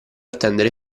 attendere